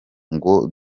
ngo